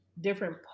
different